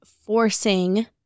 forcing